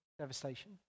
devastation